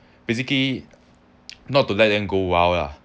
basically not to let them go wild lah